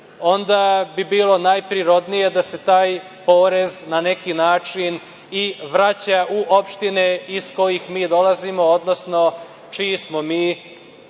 onda bi bilo najprirodnije da se taj porez na neki način i vraća u opštine iz kojih mi dolazimo, odnosno čiji smo mi